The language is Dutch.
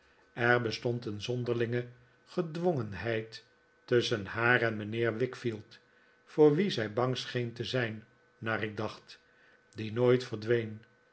er bestond een zonderlinge gedwongenheid tusschen haar en mijnheer wickfield voor wien zij bang scheen te zijn naar ik dacht die nooit verdween